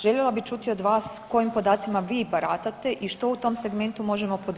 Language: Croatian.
Željela bih čuti od vas kojim podacima vi baratate i što u tom segmentu možemo poduzeti?